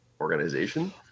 organization